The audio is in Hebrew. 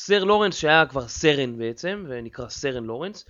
סר לורנס שהיה כבר סרן בעצם, ונקרא סרן לורנס